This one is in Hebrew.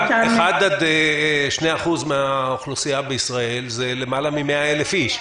1% 2% מן האוכלוסייה בישראל זה למעלה מ-100,000 אנשים.